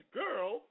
girl